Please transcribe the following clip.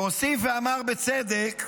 שהוסיף ואמר בצדק: